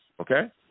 okay